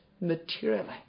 materially